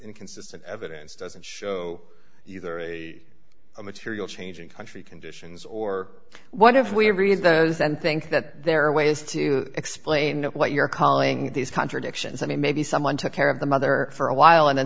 inconsistent evidence doesn't show either a material change in country conditions or what if we read those and think that there are ways to explain what you're calling these contradictions i mean maybe someone took care of the mother for a while and then